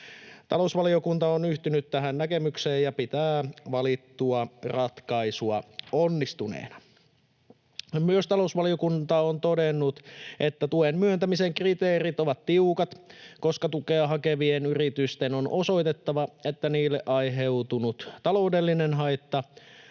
Talousvaliokunta on yhtynyt tähän näkemykseen ja pitää valittua ratkaisua onnistuneena. Talousvaliokunta on myös todennut, että tuen myöntämisen kriteerit ovat tiukat, koska tukea hakevien yritysten on osoitettava, että niille aiheutunut taloudellinen haitta on